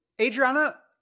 Adriana